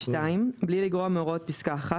(2)בלי לגרוע מהוראות פסקה (1),